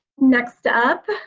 next up,